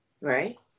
Right